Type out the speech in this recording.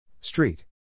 Street